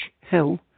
Hill